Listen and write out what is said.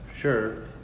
sure